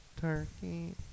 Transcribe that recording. Turkey